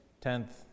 tenth